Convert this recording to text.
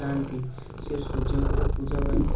ଥାଆନ୍ତି ସେ ସୂର୍ଯ୍ୟଙ୍କର ପୂଜା ପାଇଁ